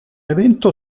evento